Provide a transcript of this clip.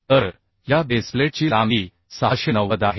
तर या बेस प्लेटची लांबी 690 आहे